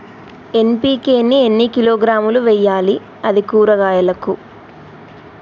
NPK ని ఎన్ని కిలోగ్రాములు వెయ్యాలి? అది కూరగాయలకు?